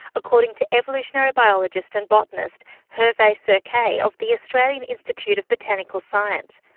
according to evolutionary biologist and botanist herve sauquet of the australian institute of botanical science,